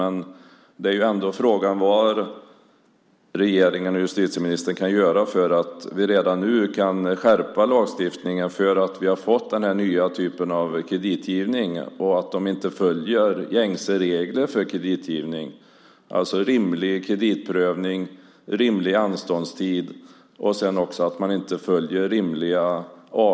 Men frågan är ändå vad regeringen och justitieministern kan göra för att vi redan nu ska kunna skärpa lagstiftningen i och med att vi har fått den nya typen av kreditgivning. Företagen följer inte gängse regler för kreditgivning, det vill säga rimlig kreditprövning och rimlig anståndstid, och tar inte heller ut avgifter som är rimliga.